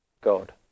God